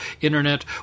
Internet